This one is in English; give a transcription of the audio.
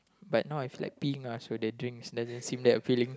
but not if like peeing lah so their drinks doesn't seem that appealing